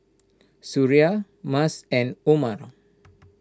Suria Mas and Umar